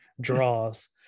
draws